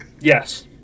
Yes